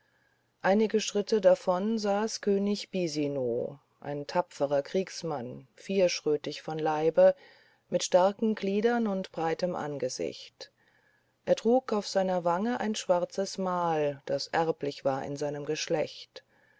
einige schritte davon saß könig bisino ein tapferer kriegsmann vierschrötig von leibe mit starken gliedern und breitem angesicht er trug auf seiner wange ein schwarzes mal das erblich war in seinem geschlecht